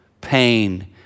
pain